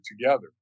together